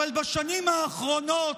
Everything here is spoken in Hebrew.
אבל בשנים האחרונות,